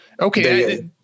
Okay